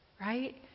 Right